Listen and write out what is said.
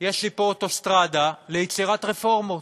יש לי פה אוטוסטרדה ליצירת רפורמות.